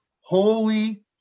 holy